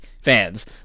fans